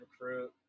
recruit